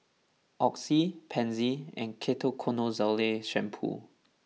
Oxy Pansy and Ketoconazole Shampoo